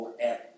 forever